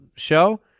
show